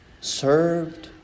served